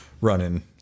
running